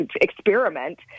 experiment